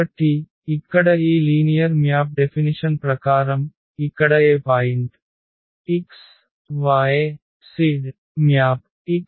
కాబట్టి ఇక్కడ ఈ లీనియర్ మ్యాప్ డెఫినిషన్ ప్రకారం ఇక్కడ a point x y z map x y 0 కు మ్యాప్ చేస్తుంది